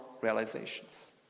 realizations